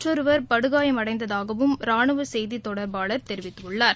மற்றொருவர் படுகாயமடைந்ததாகவும் ஒருவர் ராணுவசெய்திதொடர்பாளர் தெரிவித்துள்ளார்